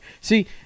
See